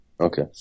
Okay